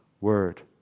Word